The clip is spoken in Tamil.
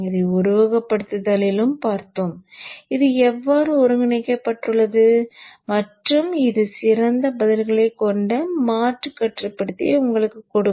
இதை உருவகப்படுத்துதலிலும் பார்த்தோம் இது எவ்வாறு ஒருங்கிணைக்கப்பட்டுள்ளது மற்றும் இது சிறந்த பதில்களைக் கொண்ட மாற்றுக் கட்டுப்படுத்தியை உங்களுக்கு கொடுக்கும்